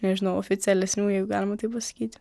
nežinau oficialesnių jeigu galima taip pasakyti